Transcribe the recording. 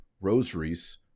rosaries